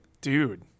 Dude